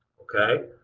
okay?